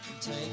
Take